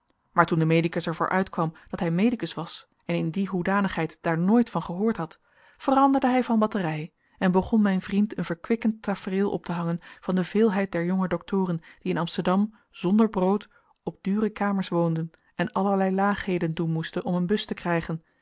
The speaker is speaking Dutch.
maar toen de medicus er voor uitkwam dat hij medicus was en in die hoedanigheid daar nooit van gehoord had veranderde hij van batterij en begon mijn vriend een verkwikkend tafereel op te hangen van de veelheid der jonge doctoren die in amsterdam zonder brood op dure kamers woonden en allerlei laagheden doen moesten om een bus te krijgen